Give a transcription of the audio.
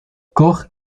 koch